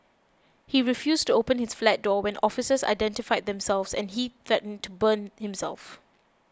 he refused to open his flat door when officers identified themselves and he threatened to burn himself